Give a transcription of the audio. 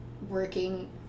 working